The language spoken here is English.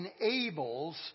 enables